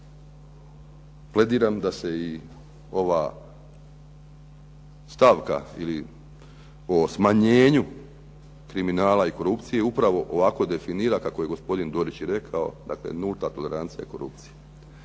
plediram da se i ova stavka ili o smanjenju kriminala i korupcije upravo ovako definira kako je gospodin Dorić i rekao, dakle nulta tolerancija i korupcije.